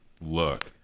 look